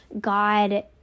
God